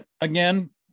again